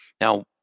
Now